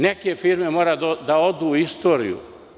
Neke firme moraju da odu u istoriju.